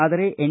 ಆದರೆ ಎನ್